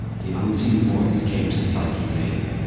the unseen voice came to psyche's aide.